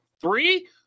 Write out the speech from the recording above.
three